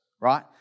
right